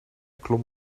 klom